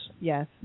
Yes